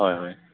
হয় হয়